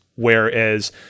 Whereas